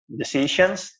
decisions